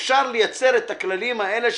אפשר לייצר את הכללים האלה.